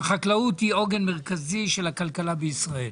שהחקלאות היא עוגן מרכזי של הכלכלה בישראל.